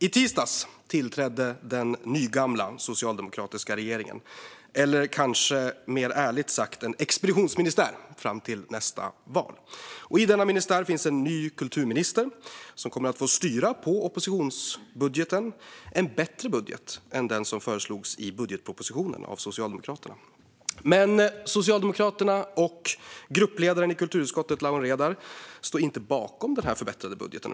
I tisdags tillträdde den nygamla socialdemokratiska regeringen, eller kanske mer ärligt sagt en expeditionsministär fram till nästa val. I denna ministär finns en ny kulturminister som kommer att få styra på oppositionsbudgeten. Det är en bättre budget än den som föreslogs i budgetpropositionen av Socialdemokraterna. Men Socialdemokraterna och gruppledaren i kulturutskottet Lawen Redar står inte bakom den förbättrade budgeten.